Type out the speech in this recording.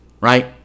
right